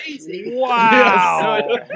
Wow